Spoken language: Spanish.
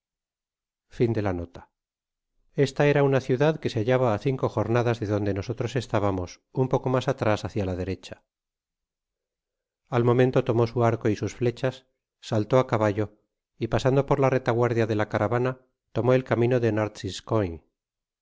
esta era una ciudad que se hallaba á cinco jornadas de donde nosotros estábamos un poco mas atrás hácia la derecha al momento tomó su arco y sus flechas saltó á caballo y pasando por la retaguardia de la caravana tomó el camino de